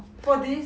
for this